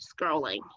scrolling